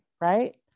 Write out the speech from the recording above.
right